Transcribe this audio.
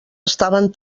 estaven